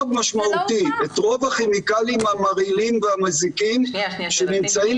משמעותי את רוב הכימיקלים המרעילים והמזיקים שנמצאים